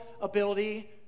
ability